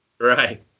Right